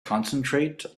concentrate